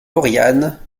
lauriane